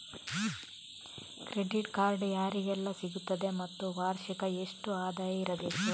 Credit card ಯಾರಿಗೆಲ್ಲ ಸಿಗುತ್ತದೆ ಮತ್ತು ವಾರ್ಷಿಕ ಎಷ್ಟು ಆದಾಯ ಇರಬೇಕು?